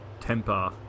temper